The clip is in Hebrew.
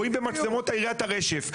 רואים במצלמות את יריית הרשף,